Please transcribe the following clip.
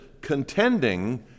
contending